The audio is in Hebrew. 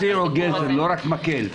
ותציעו גזר, לא רק מקל.